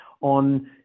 on